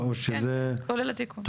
כן כולל התיקון.